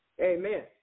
Amen